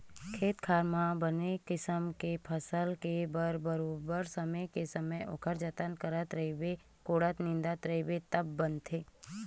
खेत खार म बने किसम ले फसल के ले बर बरोबर समे के समे ओखर जतन करत रहिबे निंदत कोड़त रहिबे तब बनथे